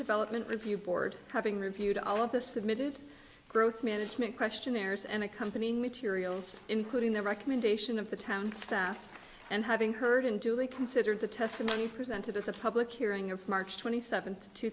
development review board having reviewed all of the submitted growth management questionnaires and accompanying materials including the recommendation of the town staff and having heard and duly considered the testimony presented to the public hearing of march twenty seventh